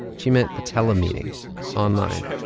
she meant a telemeeting online.